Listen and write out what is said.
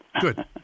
Good